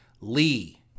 Lee